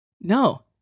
No